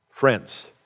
Friends